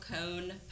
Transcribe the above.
cone